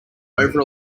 over